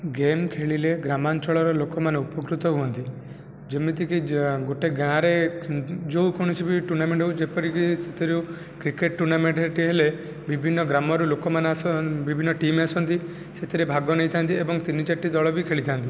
game ଖେଳିଲେ ଗ୍ରାମାଞ୍ଚଳର ଲୋକମାନେ ଉପକୃତ ହୁଅନ୍ତି ଯେମିତିକି ଜା ଗୋଟିଏ ଗାଁରେ ଯେଉଁ କୌଣସି ବି ଟୁର୍ଣ୍ଣାମେଣ୍ଟ ହେଉ ଯେପରିକି ସେଥିରୁ କ୍ରିକେଟ ଟୁର୍ଣ୍ଣାମେଣ୍ଟ ହେଟି ହେଲେ ବିଭିନ୍ନ ଗ୍ରାମର ଲୋକମାନେ ଆସ ବିଭିନ୍ନ ଟିମ ଆସନ୍ତି ସେଥିରେ ଭାଗ ନେଇଥାନ୍ତି ଏବଂ ତିନି ଚାରଟି ଦଳ ବି ଖେଳିଥାନ୍ତି